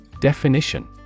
Definition